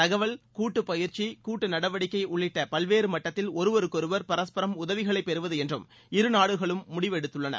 தகவல் கூட்டுப் பயிற்சி கூட்டு நடவடிக்கை உள்ளிட்ட பல்வேறு மட்டத்தில் ஒருவருக்கொருவர் பரஸ்பரம் உதவிகளை பெறுவது என்றும் இரு நாடுகளும் முடிவு எடுத்துள்ளன